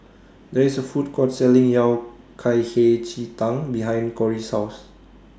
There IS A Food Court Selling Yao Cai Hei Ji Tang behind Kori's House